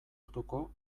orduko